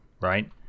Right